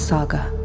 Saga